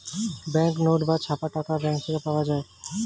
bank note বা ছাপা টাকা ব্যাঙ্ক থেকে পাওয়া যায়